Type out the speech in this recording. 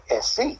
SC